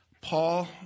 Paul